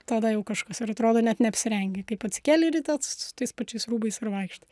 tada jau kažkas ir atrodo net neapsirengei kaip atsikėlė ryte su tais pačiais rūbais ir vaikštai